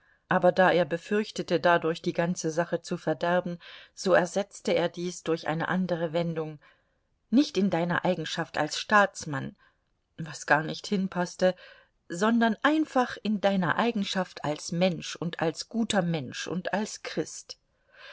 aber da er befürchtete dadurch die ganze sache zu verderben so ersetzte er dies durch eine andere wendung nicht in deiner eigenschaft als staatsmann was gar nicht hinpaßte sondern einfach in deiner eigenschaft als mensch und als guter mensch und als christ